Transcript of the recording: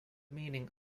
meaning